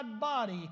body